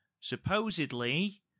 supposedly